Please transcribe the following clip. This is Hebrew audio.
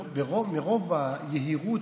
מרוב היהירות